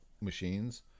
machines